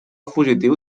fugitiu